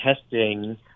testing